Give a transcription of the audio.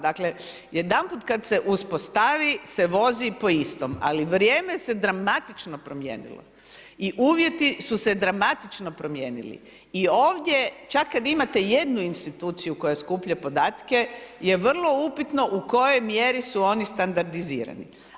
Dakle, jedanput kad se uspostavi se vozi po istom, ali vrijeme se dramatično promijenilo i uvjeti su se dramatično promijenili i ovdje čak kad imate jednu instituciju koja skuplja podatke je vrlo upitno u kojoj mjeri su oni standardizirani.